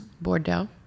Bordeaux